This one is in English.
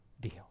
deal